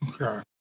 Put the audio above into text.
Okay